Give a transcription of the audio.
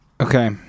Okay